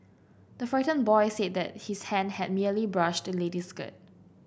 the frightened boy said that his hand had merely brushed the lady's skirt